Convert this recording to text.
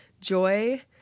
joy